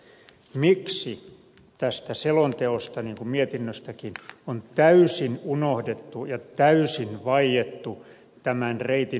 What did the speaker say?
miksi tästä selonteosta niin kuin mietinnöstäkin on täysin unohdettu tämän reitin alkupää